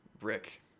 Rick